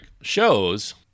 shows